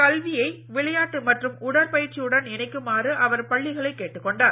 கல்வியை விளையாட்டு மற்றும் உடற்பயிற்சியுடன் இணைக்குமாறு அவர் பள்ளிகளை கேட்டுக் கொண்டார்